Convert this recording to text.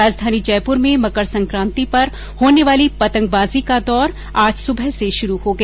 राजधानी जयपुर में मकर सक्रांति पर होने वाली पतंगबाजी का दौर आज सुबह से शुरू हो गया